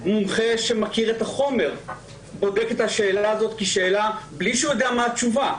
מומחה שמכיר את החומר ובודק את השאלה הזאת בלי שהוא יודע מה התשובה.